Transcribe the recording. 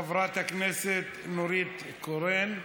חברת הכנסת נורית קורן,